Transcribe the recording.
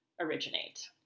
originate